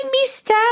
Mister